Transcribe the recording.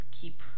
keep